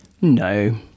No